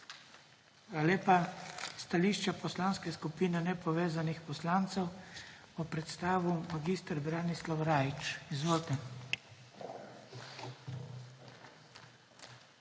lepa. Stališče Poslanske skupine nepovezanih poslancev bo predstavil mag. Branislav Rajić. Izvolite.